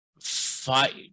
fight